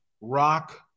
Rock